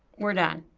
we're done.